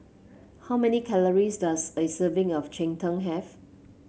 how many calories does a serving of Cheng Tng have